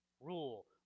rule